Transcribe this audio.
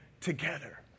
together